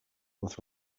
with